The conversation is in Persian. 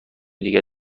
دیگر